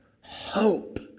hope